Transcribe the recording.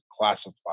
classified